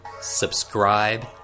subscribe